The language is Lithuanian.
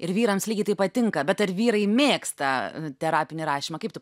ir vyrams lygiai taip pat tinka bet ar vyrai mėgsta terapinį rašymą kaip tu